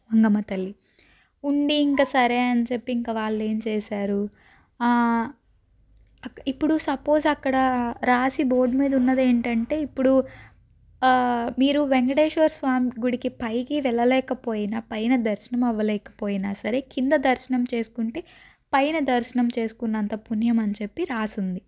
మంగమ్మ తల్లి ఉండి ఇంకా సరే అని చెప్పి వాళ్ళు ఏమి చేశారు ఇప్పుడు సపోజ్ అక్కడ రాసి బోర్డు మీద ఉన్నది ఏంటంటే ఇప్పుడు మీరు వెంకటేశ్వర స్వామి గుడికి పైకి వెళ్ళలేకపోయిన పైన దర్శనం అవ్వలేకపోయినా సరే కింద దర్శనం చేసుకుంటే పైన దర్శనం చేసుకున్నంత పుణ్యం అని చెప్పి రాసి ఉంది